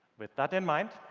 with that in mind,